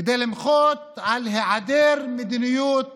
כדי למחות על היעדר מדיניות